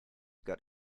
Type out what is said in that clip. got